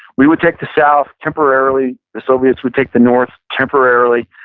we would take the south, temporarily. the soviets would take the north, temporarily.